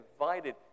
invited